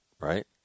right